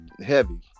heavy